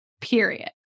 period